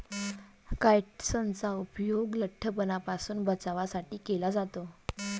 काइट्सनचा उपयोग लठ्ठपणापासून बचावासाठी केला जातो